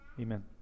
Amen